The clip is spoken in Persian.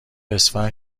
اسفند